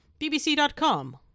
bbc.com